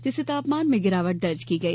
जिससे तापमान में गिरावट दर्ज की गई